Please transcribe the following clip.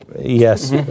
Yes